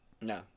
no